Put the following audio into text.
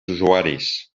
usuaris